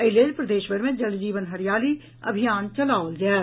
एहि लेल प्रदेश भरि मे जल जीवन हरियाली अभियान चलाओल जायत